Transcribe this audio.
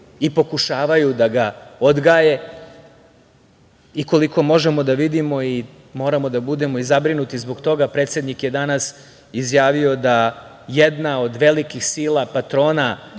i pokušavaju da ga odgaje i koliko možemo da vidimo i moramo da budemo i zabrinuti zbog toga, predsednik je danas izjavio da jedna od velikih sila patrona